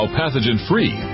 pathogen-free